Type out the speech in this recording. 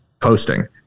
posting